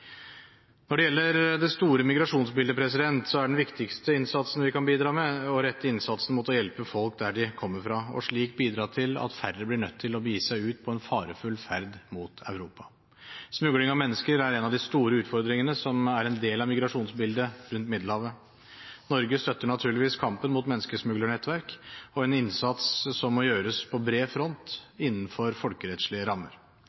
Når det gjelder det store migrasjonsbildet, er den viktigste innsatsen vi kan bidra med, å hjelpe folk der de kommer fra, og slik bidra til at færre blir nødt til å begi seg ut på en farefull ferd mot Europa. Smugling av mennesker er en av de store utfordringene som er en del av migrasjonsbildet rundt Middelhavet. Norge støtter naturligvis kampen mot menneskesmuglernettverk og en innsats som må gjøres på bred front innenfor folkerettslige rammer.